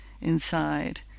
inside